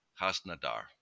Hasnadar